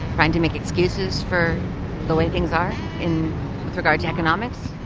trying to make excuses for the way things are in regard to economics?